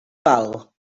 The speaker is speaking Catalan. val